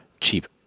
cheap